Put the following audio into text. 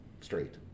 straight